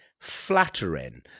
flattering